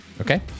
Okay